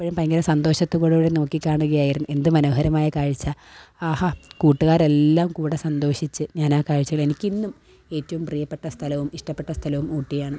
എപ്പോഴും ഭയങ്കര സന്തോഷത്തോടു കൂടെ നോക്കിക്കാണുകയായിരുന്നു എന്ത് മനോഹരമായ കാഴ്ച ആഹാ കൂട്ടുകാരെല്ലാം കൂടെ സന്തോഷിച്ച് ഞാനാ കാഴ്ചകള് എനിക്കിന്നും ഏറ്റവും പ്രിയപ്പെട്ട സ്ഥലവും ഇഷ്ടപ്പെട്ട സ്ഥലവും ഊട്ടിയാണ്